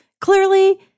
clearly